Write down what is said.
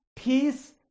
Peace